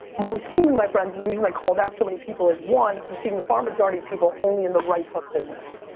what i'm seeing, my friends, and the reason i called out so many people, is one, i'm seeing the far majority of people only in the right hook business.